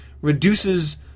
reduces